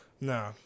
nah